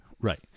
right